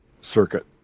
circuit